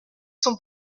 son